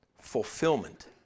fulfillment